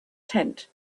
tent